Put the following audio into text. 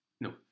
No